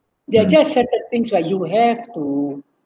they are just settled things that you have to